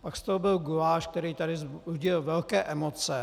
Pak z toho byl guláš, který tady vzbudil velké emoce.